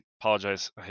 apologize